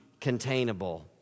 containable